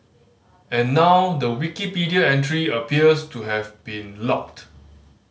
and now the Wikipedia entry appears to have been locked